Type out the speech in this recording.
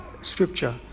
scripture